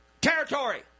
territory